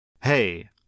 Hey